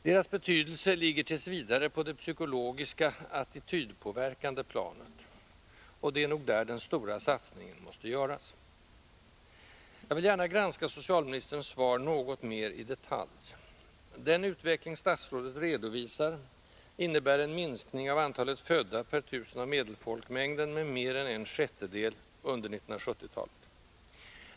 Deras betydelse liggert. v. på det psykologiska, attitydpåverkande planet. Och det är nog där den stora satsningen måste göras. Jag vill gärna granska socialministerns svar något mera i detalj. Den utveckling statsrådet redovisar innebär en minskning av antalet födda per 1 000 av medelfolkmängden med mer än en sjättedel under 1970-talet.